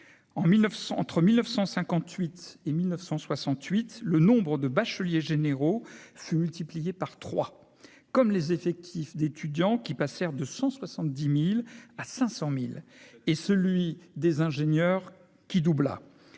entre 1958 et 1968 le nombre de bacheliers généraux se multiplier par trois comme les effectifs d'étudiants qui passèrent de 170000 à 500000 et celui des ingénieurs qui doubla